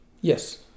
Yes